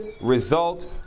result